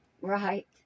Right